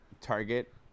target